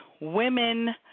women